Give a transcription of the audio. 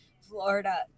Florida